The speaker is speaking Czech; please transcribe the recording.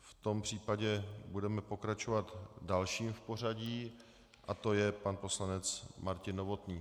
V tom případě budeme pokračovat dalším v pořadí a to je pan poslanec Martin Novotný.